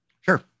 Sure